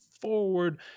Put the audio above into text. forward